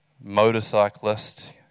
motorcyclist